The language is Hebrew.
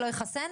שלא יחסן?